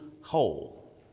whole